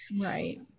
Right